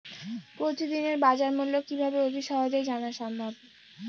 প্রতিদিনের বাজারমূল্য কিভাবে অতি সহজেই জানা সম্ভব?